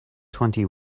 twenty